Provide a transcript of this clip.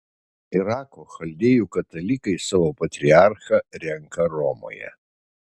irako chaldėjų katalikai savo patriarchą renka romoje